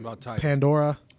Pandora